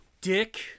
dick